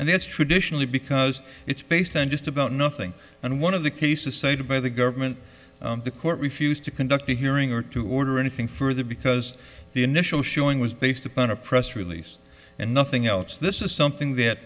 and that's traditionally because it's based on just about nothing and one of the cases cited by the government the court refused to conduct a hearing or to order anything further because the initial showing was based upon a press release and nothing else this is something that